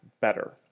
better